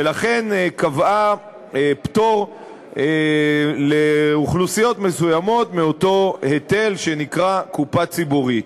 ולכן קבעה פטור לאוכלוסיות מסוימות מאותו היטל שנקרא קופה ציבורית.